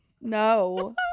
no